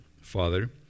Father